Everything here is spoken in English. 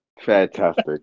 Fantastic